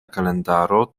kalendaro